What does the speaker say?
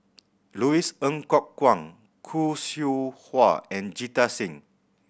Louis Ng Kok Kwang Khoo Seow Hwa and Jita Singh